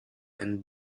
and